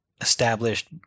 established